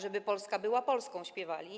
Żeby Polska była Polską” - śpiewali.